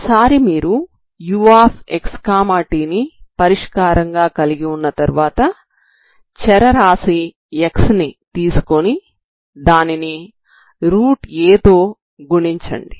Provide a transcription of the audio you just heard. ఒకసారి మీరు uxt ని పరిష్కారంగా కలిగి ఉన్న తర్వాత చరరాశి x ని తీసుకొని దానిని a తో గుణించండి